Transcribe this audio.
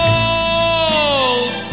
Falls